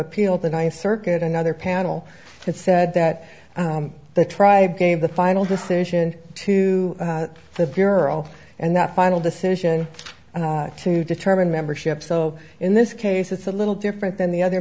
appeal the ninth circuit another panel that said that the tribe gave the final decision to the bureau and the final decision to determine membership so in this case it's a little different than the other